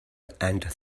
and